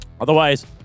otherwise